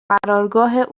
قرارگاه